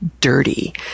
dirty